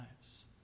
lives